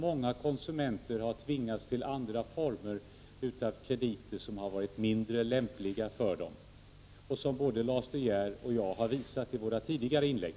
Många konsumenter har tvingats till andra former av krediter, som har varit mindre lämpliga för dem, vilket både Lars De Geer och jag har visat i våra tidigare inlägg.